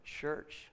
church